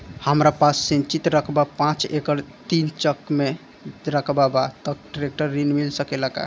हमरा पास सिंचित रकबा पांच एकड़ तीन चक में रकबा बा त ट्रेक्टर ऋण मिल सकेला का?